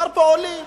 מדובר בעולים.